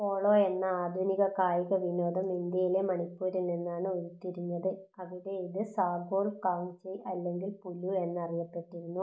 polo എന്ന ആധുനിക കായിക വിനോദം ഇന്ത്യയിലെ മണിപ്പൂരിൽ നിന്നാണ് ഉരുത്തിരിഞ്ഞത് അവിടെ ഇത് സാഗോൾ കാങ്ജെയ് അല്ലെങ്കിൽ പുലു എന്നറിയപ്പെട്ടിരുന്നു